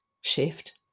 shift